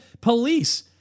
police